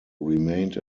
remained